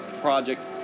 project